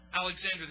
Alexander